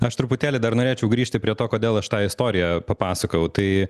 aš truputėlį dar norėčiau grįžti prie to kodėl aš tą istoriją papasakojau tai